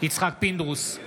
יצחק פינדרוס,